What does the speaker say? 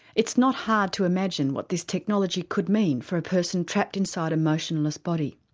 it's not hard to imagine what this technology could mean for a person trapped inside a motionless body.